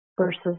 versus